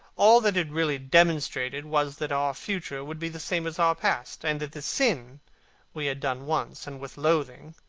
all that it really demonstrated was that our future would be the same as our past, and that the sin we had done once, and with loathing,